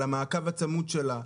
על המעקב הצמוד שלה,